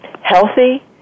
healthy